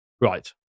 Right